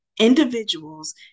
individuals